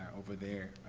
over there,